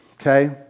Okay